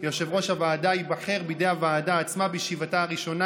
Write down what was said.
יושב-ראש הוועדה ייבחר בידי הוועדה עצמה בישיבתה הראשונה,